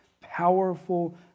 powerful